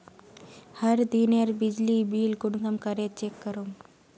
हर दिनेर बिजली बिल कुंसम करे चेक करूम?